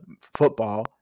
football